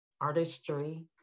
artistry